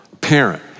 parent